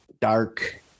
dark